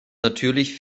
natürlich